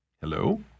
Hello